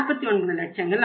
49 லட்சங்கள் ஆகும்